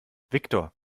viktor